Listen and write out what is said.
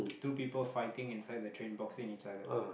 two people fighting inside the train boxing each other